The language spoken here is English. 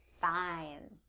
fine